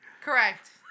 Correct